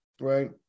right